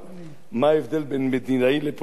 מה ההבדל בין מדינאי לפוליטיקאי?